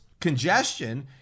congestion